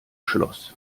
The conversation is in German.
schloss